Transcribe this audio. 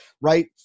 right